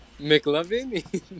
McLovin